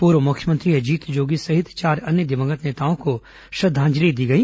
पूर्व मुख्यमंत्री अजीत जोगी सहित चार अन्य दिवंगत नेताओं को श्रद्वांजलि दी गई